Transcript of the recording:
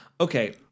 okay